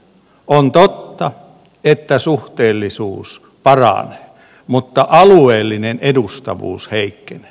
on totta että suhteellisuus paranee mutta alueellinen edustavuus heikkenee